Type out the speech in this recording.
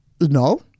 No